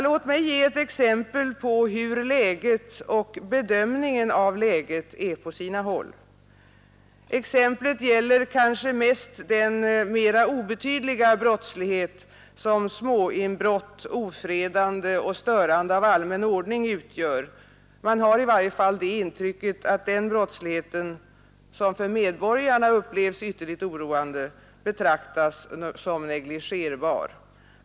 Låt mig ge ett exempel på hur läget och bedömningen av läget är på sina håll. Exemplet gäller kanske mest den mera obetydliga brottslighet som småinbrott, ofredande och störande av allmän ordning utgör — man har i varje fall intrycket att denna brottslighet, som medborgarna upplever som ytterst oroande, betraktas som negligerbar.